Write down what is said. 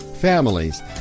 families